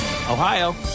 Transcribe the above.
Ohio